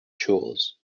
chores